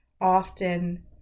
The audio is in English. Often